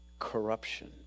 corruption